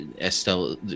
Estelle